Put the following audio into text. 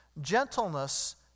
Gentleness